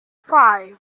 five